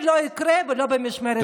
זה לא יקרה, ולא במשמרת שלנו.